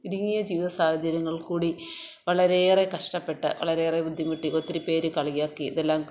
ഇടിങ്ങിയ ജീവിത സാഹചര്യങ്ങളിൽ കൂടി വളരെയേറെ കഷ്ടപ്പെട്ട് വളരെയേറെ ബുദ്ധിമുട്ടി ഒത്തിരിപ്പേര് കളിയാക്കി ഇതെല്ലാം